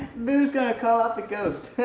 boo's gonna call out the ghost,